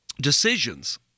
decisions